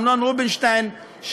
אמנון רובינשטיין,